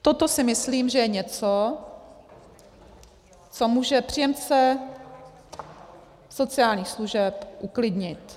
Toto si myslím, že je něco, co může příjemce sociálních služeb uklidnit.